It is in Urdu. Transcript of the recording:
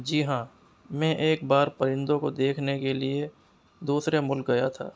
جی ہاں میں ایک بار پرندوں کو دیکھنے کے لیے دوسرے ملک گیا تھا